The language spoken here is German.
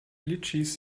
litschis